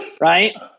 right